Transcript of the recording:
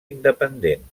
independent